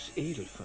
eat it.